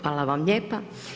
Hvala vam lijepa.